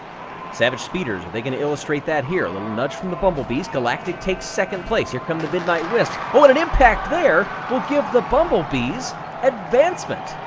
savage speeders. are they going to illustrate that here? a little nudge from the bumblebees. galactic takes second place. here come the midnight wisps. oh, and an impact there will give the bumblebees advancement.